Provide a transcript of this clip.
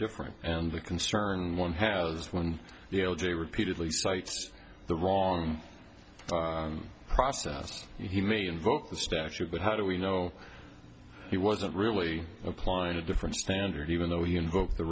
different and the concern one has when they repeatedly cites the wrong process he may invoke the statute but how do we know he wasn't really apply a different standard even though he invoked the